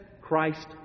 Christ